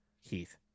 Heath